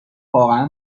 واقعا